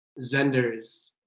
Zenders